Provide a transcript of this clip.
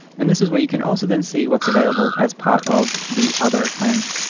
and this is where you can also then see what's available as part of the other plans.